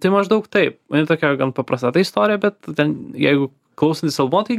tai maždaug taip jinai tokia gan paprasta ta istorija bet ten jeigu klausantis albumo tai